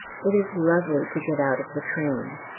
it is lovely to get out of the train.